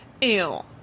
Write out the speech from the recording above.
Ew